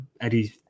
Eddie